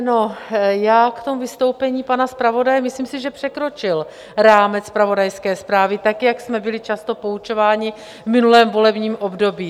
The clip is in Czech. K vystoupení pana zpravodaje, myslím si, že překročil rámec zpravodajské zprávy, jak jsme byli často poučováni v minulém volebním období.